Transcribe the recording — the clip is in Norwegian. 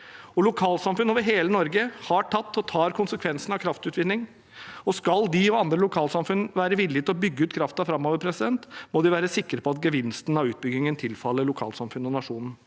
Lokalsamfunn over hele Norge har tatt og tar konsekvensen av kraftutvinning. Skal de og andre lokalsamfunn være villig til å bygge ut kraften framover, må de være sikre på at gevinsten av utbyggingen tilfaller lokalsamfunnet og nasjonen.